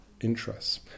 Interests